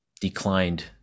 declined